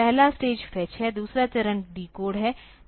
पहला stage fetch है दूसरा चरण डिकोड है